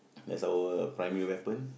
as our primary weapon